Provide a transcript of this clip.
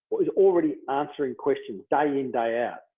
is already answering questions day-in day-out.